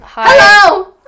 Hello